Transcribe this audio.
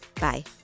Bye